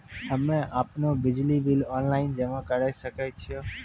हम्मे आपनौ बिजली बिल ऑनलाइन जमा करै सकै छौ?